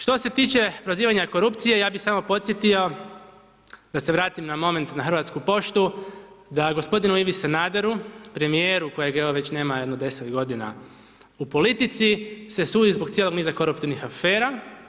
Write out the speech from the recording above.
Što se tiče prozivanja korupcije, ja bih samo podsjetio, da se vratim na moment na Hrvatsku poštu, da g. Ivi Sanaderu, premijeru kojeg evo već nema jedno 10 godina u politici se sudi zbog cijelog niza koruptivnih afera.